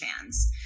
fans